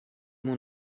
mon